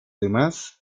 demás